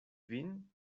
vin